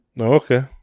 Okay